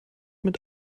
mit